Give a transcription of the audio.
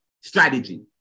strategy